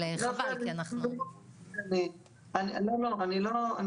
חבל כי אנחנו --- אני דווקא,